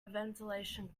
ventilation